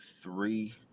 three